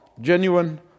genuine